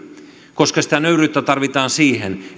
koska sitä nöyryyttä tarvitaan siihen